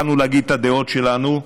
יכולנו להגיד את הדעות שלנו,